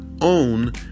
own